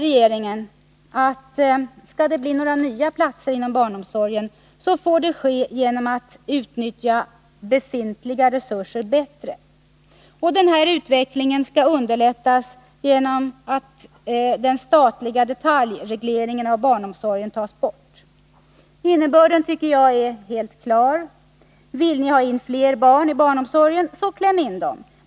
Regeringen säger att nya platser inom barnomsorgen får tillkomma genom att befintliga resurser utnyttjas bättre. En sådan utveckling skall underlättas genom att den statliga detaljregleringen av barnomsorgen tas bort. Innebörden av detta uttalande tycker jag är helt klar: Vill ni ha in fler barn i barnomsorgen, så kläm in dem.